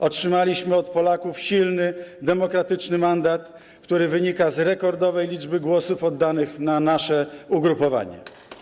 Otrzymaliśmy od Polaków silny, demokratyczny mandat, który wynika z rekordowej liczby głosów oddanych na nasze ugrupowanie.